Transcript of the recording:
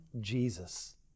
Jesus